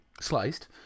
sliced